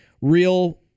real